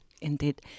indeed